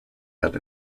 had